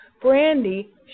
Brandy